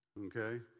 okay